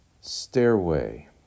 stairway